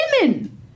Women